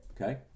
okay